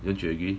don't you agree